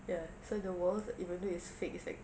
ya so the walls even though it's fake it's like